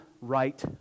right